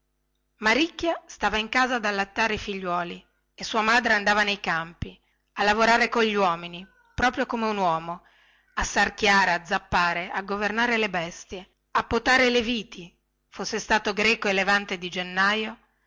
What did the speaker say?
maricchia stava in casa ad allattare i figliuoli e sua madre andava nei campi a lavorare cogli uomini proprio come un uomo a sarchiare a zappare a governare le bestie a potare le viti fosse stato greco e levante di gennaio